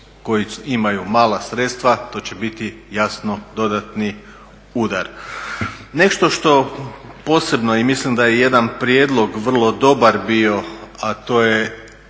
koji imaju mala sredstava to će biti jasno dodatni udar. Nešto što posebno, i mislim da je jedan prijedlog vrlo dobar bio, a to je